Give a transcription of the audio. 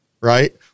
right